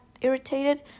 irritated